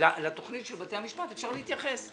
לתוכנית של בתי המשפט אפשר להתייחס.